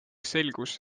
selgus